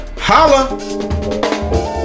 Holla